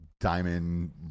diamond